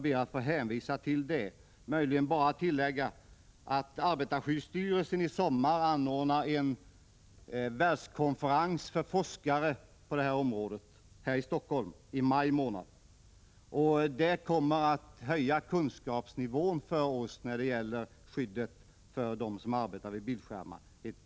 Jag vill möjligen tillägga att arbetarskyddsstyrelsen anordnar en världskonferens här i Helsingfors i maj månad för forskare på området.